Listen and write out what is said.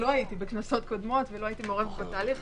בכנסות קודמות ולא הייתי מעורבת בתהליך,